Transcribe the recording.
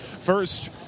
first